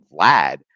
Vlad